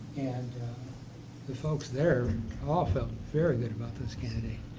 and the folks there all felt very good about this candidate.